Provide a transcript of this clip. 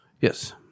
Yes